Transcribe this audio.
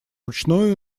ручною